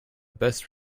best